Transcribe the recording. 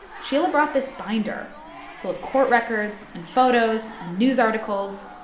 sheila brought this binder full of court records and photos and news articles,